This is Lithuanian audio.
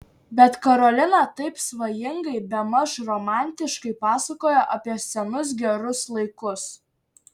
bet karolina taip svajingai bemaž romantiškai pasakojo apie senus gerus laikus